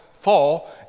fall